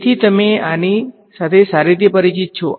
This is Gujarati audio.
તેથી તમે આની સાથે સારી રીતે પરિચિત છો